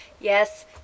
yes